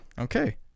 Okay